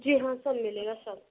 जी हाँ सब मिलेगा सब